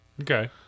Okay